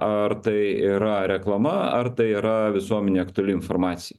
ar tai yra reklama ar tai yra visuomenei aktuali informaci